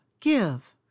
give